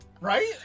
right